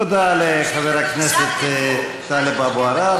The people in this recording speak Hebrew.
תודה לחבר הכנסת טלב אבו עראר.